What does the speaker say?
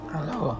Hello